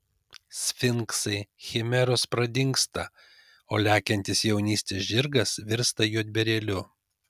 sfinksai chimeros pradingsta o lekiantis jaunystės žirgas virsta juodbėrėliu